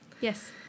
yes